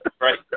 right